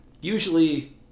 Usually